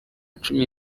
cumi